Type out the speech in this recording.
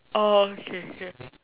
orh okay okay